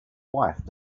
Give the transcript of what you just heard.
wife